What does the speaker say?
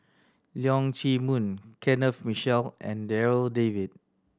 Leong Chee Mun Kenneth Mitchell and Darryl David